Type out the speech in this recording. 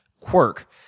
Quirk